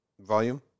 volume